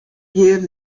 hjir